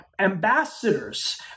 ambassadors